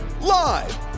Live